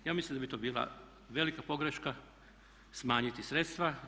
Ja mislim da bi to bila velika pogreška smanjiti sredstva.